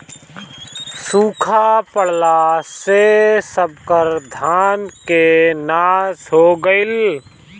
सुखा पड़ला से सबकर धान के नाश हो गईल